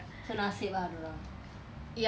so nasib ah dia orang